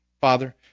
Father